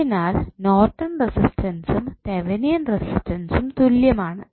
അതിനാൽ നോർട്ടൺ റെസിസ്റ്റൻസും തെവനിയൻ റെസിസ്റ്റൻസും തുല്യമാണ്